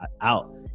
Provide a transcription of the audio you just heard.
out